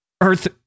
Earth